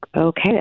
okay